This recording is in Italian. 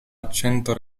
accento